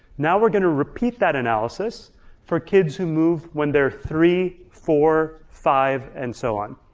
now we're gonna repeat that analysis for kids who moved when they're three, four, five and so on.